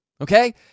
okay